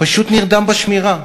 פשוט נרדם בשמירה.